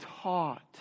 taught